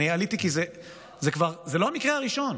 אני עליתי כי זה לא המקרה הראשון.